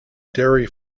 dairy